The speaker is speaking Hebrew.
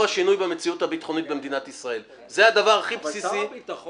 השינוי במציאות הביטחונית במדינת ישראל - זה הדבר הכי בסיסי